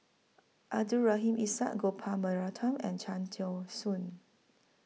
Abdul Rahim Ishak Gopal Baratham and Cham Tao Soon